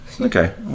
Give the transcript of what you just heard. Okay